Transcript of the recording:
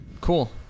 Cool